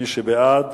מי שבעד,